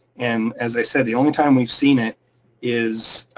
and as i said, the only time we've seen it is.